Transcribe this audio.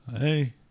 Hey